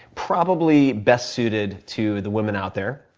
probably best suited to the women out there.